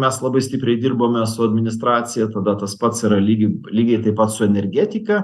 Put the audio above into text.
mes labai stipriai dirbome su administracija tada tas pats yra lygiai lygiai taip pat su energetika